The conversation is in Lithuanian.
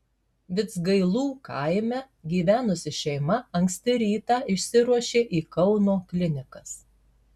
vidzgailų kaime gyvenusi šeima anksti rytą išsiruošė į kauno klinikas